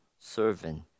servant